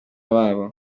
babo